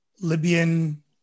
libyan